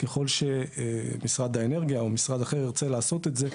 ככל שמשרד האנרגיה או משרד אחר ירצה לעשות את זה,